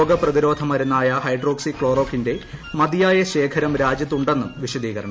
രോഗപ്രതിരോധ മരുന്നായ ഹൈഡ്രോക്സി ക്ലോറോകിന്റെ മതിയായ ശേഖരം ഉണ്ടെന്നും വിശദീകരണം